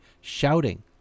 shouting